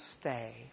stay